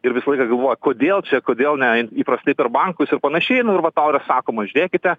ir visą laiką galvoja kodėl čia kodėl ne įprastai per bankus ir panašiai nu ir va tau yra sakoma žiūrėkite